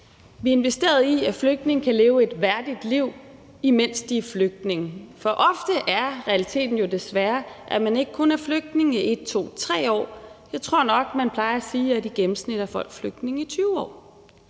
Vi investerede i, at flygtninge kunne leve et værdigt liv, imens de var flygtninge. For ofte er realiteten jo desværre den, at man ikke kun er flygtning i 1, 2, 3 år; jeg tror nok, at man plejer at sige, at folk i gennemsnit er flygtninge i 20 år.